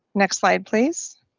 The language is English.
next slide, please.